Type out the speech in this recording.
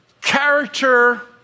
Character